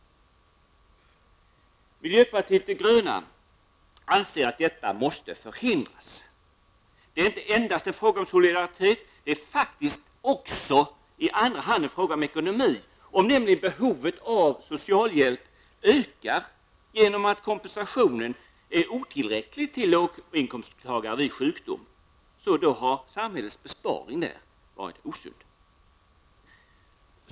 Miljöpartiet de gröna anser att detta måste förhindras. Det är inte endast en fråga om solidaritet, det är faktiskt också i andra hand en fråga om ekonomi. Om nämligen behovet av socialhjälp ökar på grund av att kompensationen till låginkomsttagare är otillräcklig vid sjukdom, har samhällets besparing varit osund.